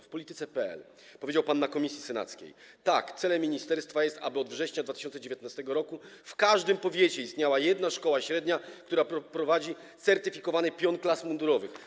Według portalu wPolityce.pl powiedział pan w komisji senackiej: Tak, celem ministerstwa jest, aby od września 2019 r. w każdym powiecie istniała jedna szkoła średnia, która prowadzi certyfikowany pion klas mundurowych.